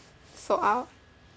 sold out